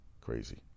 Crazy